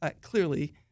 clearly